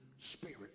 spirit